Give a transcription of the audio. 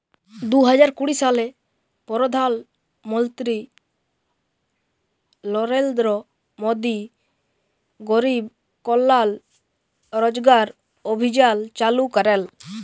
দু হাজার কুড়ি সালে পরধাল মলত্রি লরেলদ্র মোদি গরিব কল্যাল রজগার অভিযাল চালু ক্যরেল